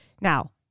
Now